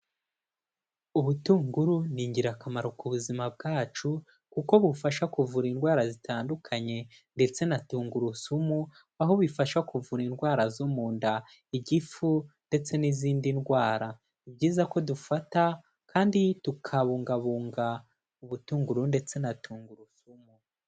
Ubutunguru ni ingirakamaro ku buzima bwacu kuko bufasha kuvura indwara zitandukanye ndetse na tungurusumu, aho bifasha kuvura indwara zo mu nda, igifu ndetse n'izindi ndwara, ni byiza ko dufata kandi tukabungabunga ubutunguru ndetse na tungurusumu.